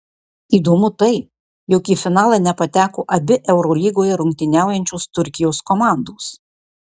įdomu tai jog į finalą nepateko abi eurolygoje rungtyniaujančios turkijos komandos